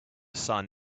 sun